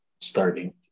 starting